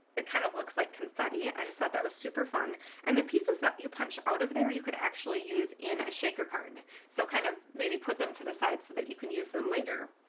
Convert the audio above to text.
it kind of looks like confetti. i just thought that was super fun and the pieces that you punch out of there you could actually use in a shaker card so kind of maybe put them to the side so that you can use them later.